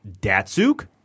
Datsuk